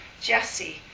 Jesse